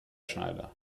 schneider